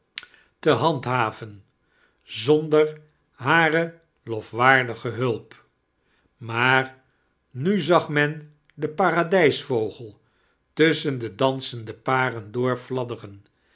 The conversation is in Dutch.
te handkerstvertellingen haven zonder hare lofwaardig hulp maar nu zag men den paradiijsvogel tusschen de dansende paren